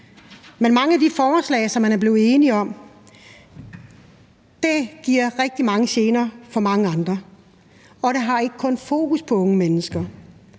Men mange af de forslag, som man er blevet enige om, giver rigtig mange gener for mange andre, og de har ikke kun fokus på unge mennesker.